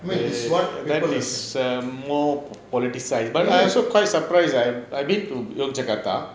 I mean this is what people are saying yes